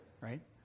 right